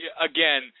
again